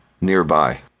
Nearby